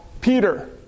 Peter